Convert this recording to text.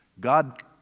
God